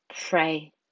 pray